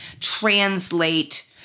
translate